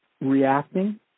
reacting